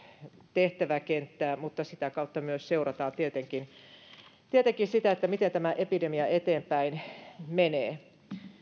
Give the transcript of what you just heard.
tehtäväkenttää ja sitä kautta myös seurataan tietenkin tietenkin sitä miten tämä epidemia eteenpäin menee